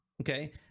okay